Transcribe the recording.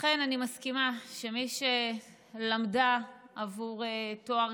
אכן אני מסכימה שמי שלמדה בעבור תואר